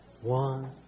one